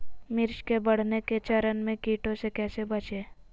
मिर्च के बढ़ने के चरण में कीटों से कैसे बचये?